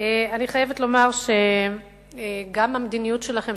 אני חייבת לומר שגם המדיניות שלכם,